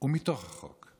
ומתוך החוק.